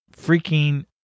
freaking